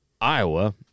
Iowa